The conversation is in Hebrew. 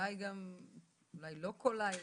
אולי לא כל לילה.